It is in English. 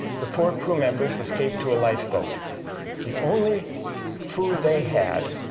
the four crew members escaped to a lifeboat the only food they had